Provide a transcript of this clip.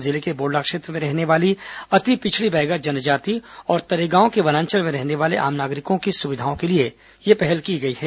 जिले के बोड़ला क्षेत्र में रहने वाली अति पिछड़ी बैगा जनजाति और तरेगांव के वनांचल में रहने वाले आम नागरिकों की सुविधाओं के लिए यह पहल की गई है